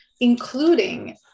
including